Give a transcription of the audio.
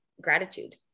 gratitude